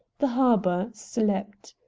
the harbor slept.